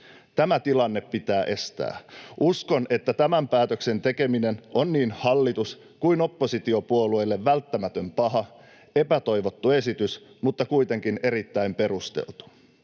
Tämä tilanne pitää estää. Uskon, että tämän päätöksen tekeminen on niin hallitus- kuin oppositiopuolueille välttämätön paha, epätoivottu esitys, mutta kuitenkin erittäin perusteltu.